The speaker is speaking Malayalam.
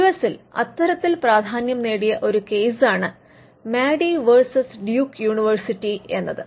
യൂ എസിൽ അത്തരത്തിൽ പ്രാധാന്യം നേടിയ ഒരു കേസാണ് മാഡി വേഴ്സസ് ഡ്യൂക്ക് യൂണിവേഴ്സിറ്റി എന്നത്